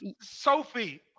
Sophie